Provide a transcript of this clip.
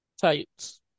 tights